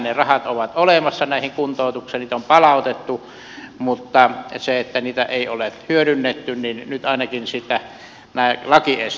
ne rahat ovat olemassa näihin kuntoutuksiin niitä on palautettu mutta kun niitä ei ole hyödynnetty niin nyt siitä ainakin nämä lakiesteet poistuvat